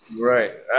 Right